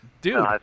dude